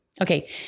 Okay